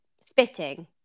spitting